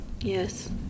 Yes